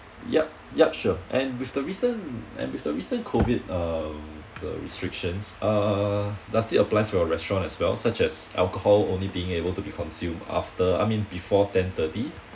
yup yup sure and with the recent and with the recent COVID uh the restrictions uh does it apply for your restaurant as well such as alcohol only being able to be consumed after I mean before ten thirty